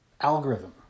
algorithm